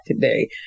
today